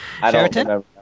Sheraton